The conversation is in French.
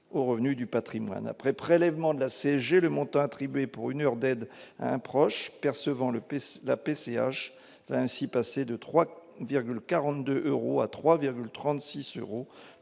aux revenus du Patrimoine après prélèvement de la CSG, le montant attribué pour une heure d'aide un proche percevant le PS la PCH ainsi passer de 3,42 euros à 3,36 euros